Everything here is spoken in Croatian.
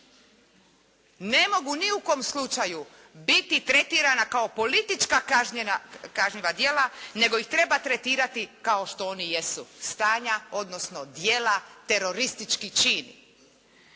ne mogu ni u kom slučaju biti tretirana kao politička kažnjiva djela nego ih treba tretirati kao što oni i jesu, stanja odnosno djela teroristički čin.